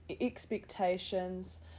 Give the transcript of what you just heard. expectations